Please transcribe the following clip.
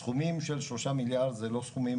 הסכומים של שלושה מיליארד זה לא סכומים